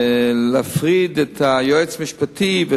בעניין הפרדת תפקיד היועץ משפטי.